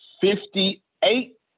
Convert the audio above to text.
fifty-eight